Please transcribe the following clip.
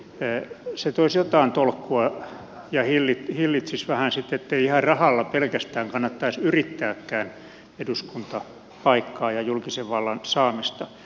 se toisi jotain tolkkua ja hillitsisi vähän sitten ettei ihan rahalla pelkästään kannattaisi yrittääkään eduskuntapaikkaa ja julkisen vallan saamista